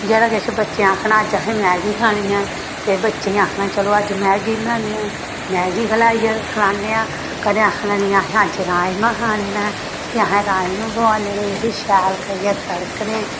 जेह्ड़ा किश बच्चे आखना अज्ज असें मैगी खानी ऐ ते बच्चें गी आखना चलो अज्ज मैगी बनान्ने आं मैगी खलाई खलान्ने आं कदें आखना नेईं अज्ज असें राजमांह् खाने ना फ्ही असें राजमांह् बुआलने फ्ही शैल करियै तड़कने